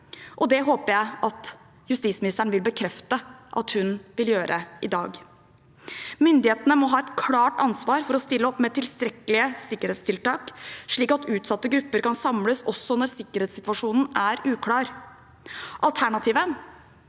Det håper jeg at justisministeren i dag vil bekrefte at hun vil gjøre. Myndighetene må ha et klart ansvar for å stille opp med tilstrekkelige sikkerhetstiltak, slik at utsatte grupper kan samles også når sikkerhetssituasjonen er uklar. Alternativet